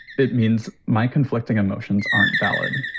it means my conflicting emotions aren't valid,